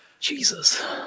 jesus